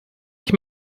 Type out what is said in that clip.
ich